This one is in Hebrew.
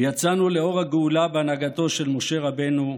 יצאנו לאור הגדולה בהנהגתו של משה רבנו,